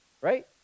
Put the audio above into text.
right